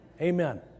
Amen